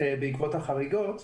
בעקבות החריגות.